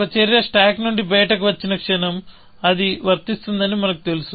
ఒక చర్య స్టాక్ నుండి బయటకు వచ్చిన క్షణం అది వర్తిస్తుందని మనకు తెలుసు